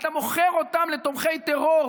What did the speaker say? ואתה מוכר אותם לתומכי טרור,